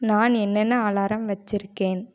நான் என்னென்ன அலாரம் வைச்சிருக்கேன்